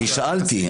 אני שאלתי.